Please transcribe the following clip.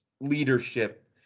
leadership